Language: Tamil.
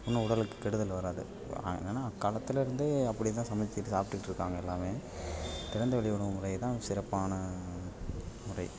ஒன்றும் உடலுக்கு கெடுதல் வராது ஏன்னா அக்காலத்திலருந்தே அப்படிதான் சமைச்சு சாப்பிட்டுட்டு இருக்காங்கள் எல்லாமே திறந்த வெளி உணவு முறைதான் சிறப்பான முறை